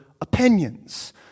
opinions